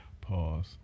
pause